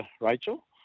Rachel